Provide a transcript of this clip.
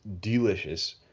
delicious